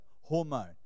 hormone